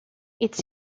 its